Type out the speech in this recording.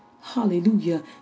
Hallelujah